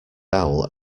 owl